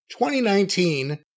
2019